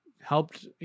helped